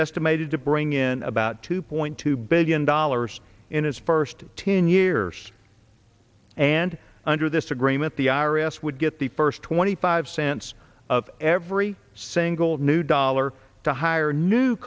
estimated to bring in about two point two billion dollars in its first ten years and under this agreement the i r s would get the first twenty five cents of every single new dollar to hire new